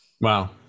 Wow